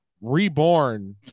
reborn